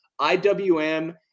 IWM